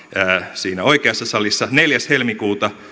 siinä oikeassa salissa neljäs helmikuuta